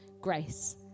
grace